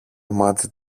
μάτι